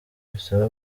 bisaba